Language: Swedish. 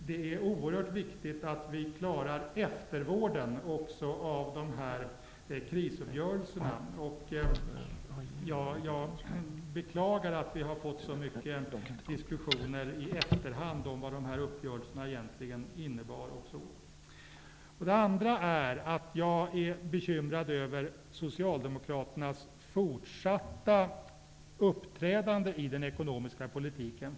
Det är oerhört viktigt att vi klarar eftervården av krisuppgörelserna. Jag beklagar att vi har fått så många diskussioner i efterhand om vad uppgörelserna egentligen innebar. Vidare är jag bekymrad över Socialdemokraternas fortsatta uppträdande i den ekonomiska politiken.